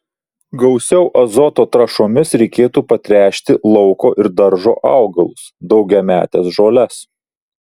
gausiau azoto trąšomis reikėtų patręšti lauko ir daržo augalus daugiametes žoles